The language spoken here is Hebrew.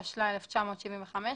התשל"ה 1975‏,